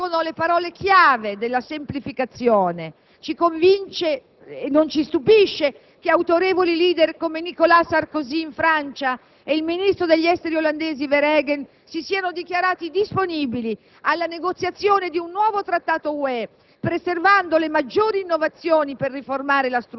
A noi più che le parole d'ordine colpiscono le parole chiave della semplificazione. Non ci stupisce che autorevoli *leader* come Nicolas Sarkozy in Francia e il ministro degli esteri olandese Verhagen si siano dichiarati disponibili alla negoziazione di un nuovo Trattato UE